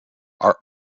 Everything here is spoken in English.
are